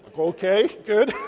ok. good.